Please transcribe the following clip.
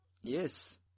Yes